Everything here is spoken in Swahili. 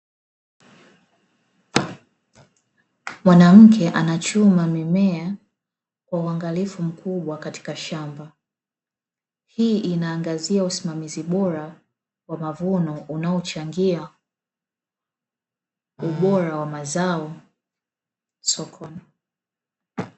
Mwanamke anachuma mimea kwa uangalifu mkubwa katika shamba. Hii inaangazia usimamizi bora wa mavuno unaochangia ubora wa mazao sokoni.